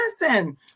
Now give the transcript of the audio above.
listen